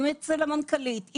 אצל המנכ"לית,